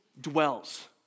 dwells